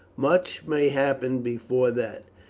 much may happen before that.